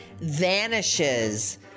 vanishes